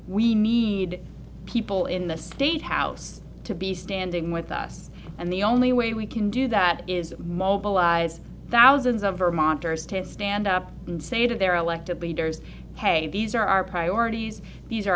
we need people in the state house to be standing with us and the only way we can do that is mobilize thousands of vermonters to stand up and say to their elected leaders hey these are our priorities these are